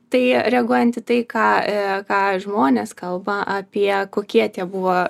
tai reaguojant į tai ką ką žmonės kalba apie kokie tie buvo